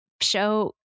show